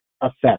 effect